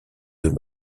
deux